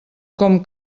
com